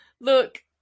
Look